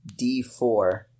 d4